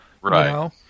right